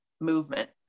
movement